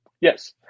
Yes